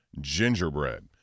gingerbread